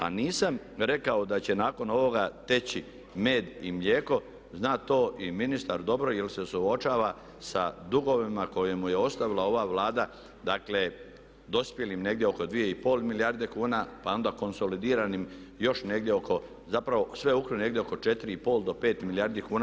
A nisam rekao da će nakon ovoga teći med i mlijeko, zna to i ministar dobro jer se suočava sa dugovima koje mu je ostavila ova Vlada dospjelim negdje oko 2,5 milijarde kuna pa onda konsolidiranim još negdje oko zapravo sveukupno negdje oko 4,5 do 5 milijardi kuna.